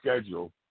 schedule